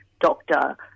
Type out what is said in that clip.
doctor